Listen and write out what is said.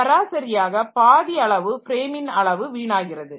சராசரியாக பாதி அளவு ஃப்ரேமின் அளவு வீணாகிறது